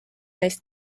neist